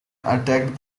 attacked